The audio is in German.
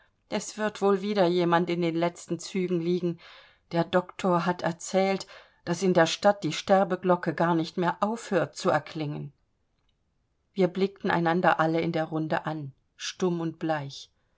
wird wohl wieder jemand in den letzten zügen liegen der doktor hat erzählt daß in der stadt die sterbeglocke gar nicht mehr aufhört zu erklingen wir blickten einander alle in der runde an stumm und bleich